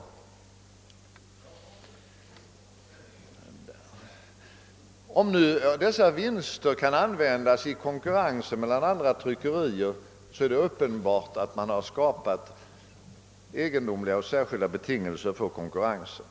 Och om nu dessa vinster kan användas i konkurrensen med andra tryckerier är det uppenbart att man har skapat egendomliga och särskilda betingelser för konkurrensen.